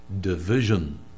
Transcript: Division